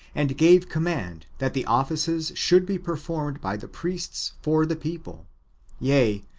and gave command that the offices should be performed by the priests for the people yea,